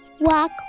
Walk